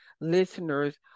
listeners